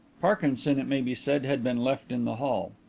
parkinson, it may be said, had been left in the hall.